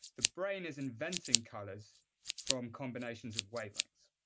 the brain is inventing colors from combinations of wavelengths.